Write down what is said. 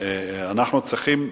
אנחנו צריכים,